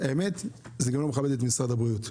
האמת, זה גם לא מכבד את משרד הבריאות,